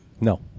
no